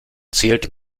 zählt